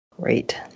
Great